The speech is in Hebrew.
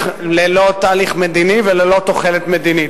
ללא תהליך מדיני וללא תוחלת מדינית.